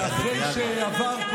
ואחרי שעבר,